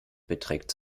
beträgt